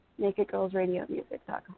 Nakedgirlsradiomusic.com